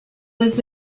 was